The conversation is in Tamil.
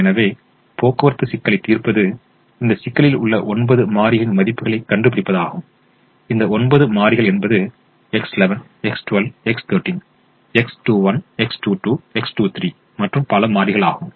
எனவே போக்குவரத்து சிக்கலைத் தீர்ப்பது இந்த சிக்கலில் உள்ள ஒன்பது மாறிகளின் மதிப்புகளைக் கண்டுபிடிப்பதாகும் இந்த ஒன்பது மாறிகள் என்பது X11 X12 X13 X21 X22 X23 மற்றும் பல மாறிகளாகும்